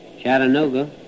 Chattanooga